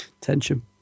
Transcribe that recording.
tension